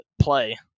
play